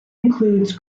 includes